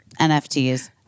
NFTs